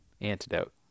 Antidote